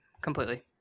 Completely